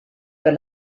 per